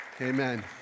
Amen